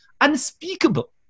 unspeakable